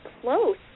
close